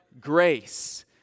grace